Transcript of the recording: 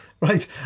Right